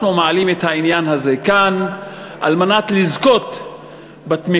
אנחנו מעלים את העניין הזה כאן על מנת לזכות בתמיכה